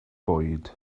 bwyd